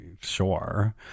sure